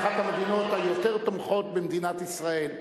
אחת המדינות היותר תומכות במדינת ישראל,